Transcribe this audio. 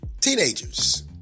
teenagers